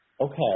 Okay